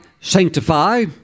sanctify